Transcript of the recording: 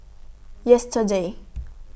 yesterday